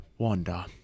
Wanda